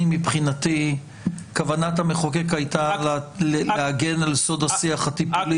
מבחינתי כוונת המחוקק הייתה להגן על סוד השיח הטיפולי.